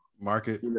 market